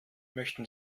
möchten